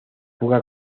fuga